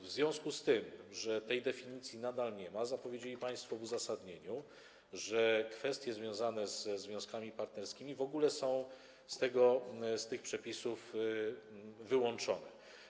W związku z tym, że tej definicji nadal nie ma, zapowiedzieli państwo w uzasadnieniu, że kwestie związane ze związkami partnerskimi w ogóle są z tych przepisów wyłączone.